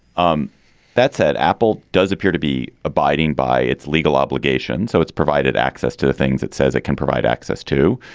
um that said, apple does appear to be abiding by its legal obligations, so it's provided access to the things it says it can provide access to.